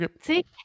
See